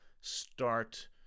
start